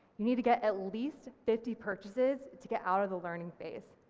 you need to get at least fifty purchases to get out of the learning phase.